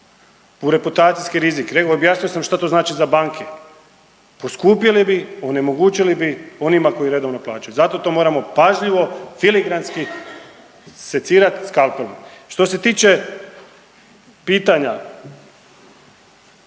U reputacijski rizik, objasnio sam što to znači za banke. Poskupjele bi, onemogućili bi onima koji redovno plaćaju. Zato to moramo pažljivo filigranski secirati skalpelom. Što se tiče pitanja